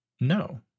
No